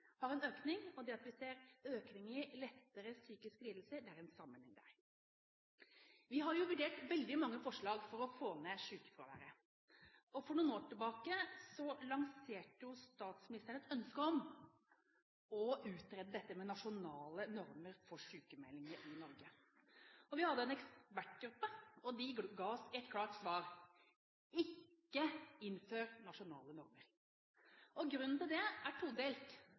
har en økning i sykefraværet, og at vi ser en økning i lettere psykiske lidelser, har en sammenheng. Vi har vurdert veldig mange forslag for å få ned sykefraværet. For noen år siden lanserte statsministeren et ønske om å utrede dette med nasjonale normer for sykemeldinger i Norge. Vi hadde en ekspertgruppe, og den ga oss et klart svar: ikke innfør nasjonale normer. Grunnen til det er todelt.